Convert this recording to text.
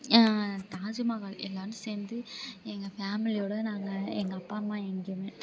தாஜ்மஹால் எல்லோரும் சேர்ந்து எங்கள் ஃபேமிலியோடய நாங்கள் எங்கள் அப்பா அம்மா எங்கேயுமே